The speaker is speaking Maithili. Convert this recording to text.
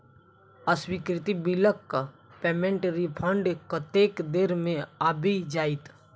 अस्वीकृत बिलक पेमेन्टक रिफन्ड कतेक देर मे आबि जाइत?